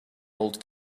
old